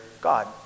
God